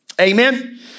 Amen